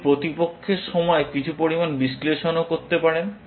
আপনি প্রতিপক্ষের সময়ে কিছু পরিমাণ বিশ্লেষণও করতে পারেন